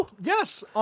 Yes